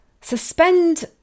suspend